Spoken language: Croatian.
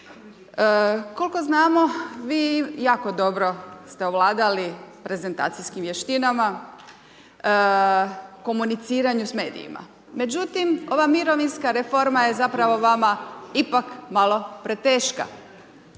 Koliko znamo vi jako dobro ste ovladali prezentacijskim vještinama, komuniciranju s medijima, međutim ova mirovinska reforma je zapravo vama ipak malo preteška